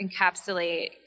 encapsulate